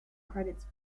credits